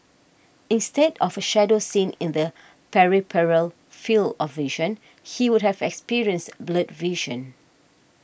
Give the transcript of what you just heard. instead of a shadow seen in the peripheral field of vision he would have experienced blurred vision